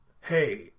hey